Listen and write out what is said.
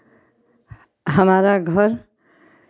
हमारा घर